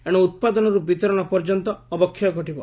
ଏଣୁ ଉତ୍ପାଦନରୁ ବିତରଣ ପର୍ଯ୍ୟନ୍ତ ଅବକ୍ଷୟ ଘଟିବ